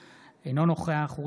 אינו נוכח זאב בנימין בגין,